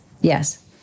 Yes